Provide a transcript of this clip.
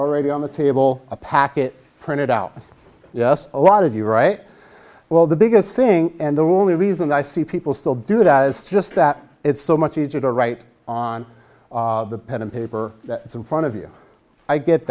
already on the table a packet printed out yes a lot of you write well the biggest thing and the only reason i see people still do that is just that it's so much easier to write on the pen and paper it's in front of you i get